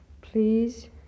Please